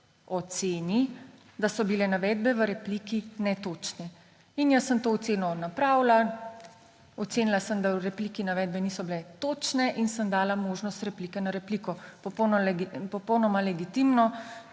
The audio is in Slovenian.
oceni, da so bile navedbe v repliki netočne.« In jaz sem to oceno napravila, ocenila sem, da v repliki navedbe niso bile točne, in sem dala možnost replike na repliko. Popolnoma legitimno,